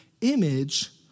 image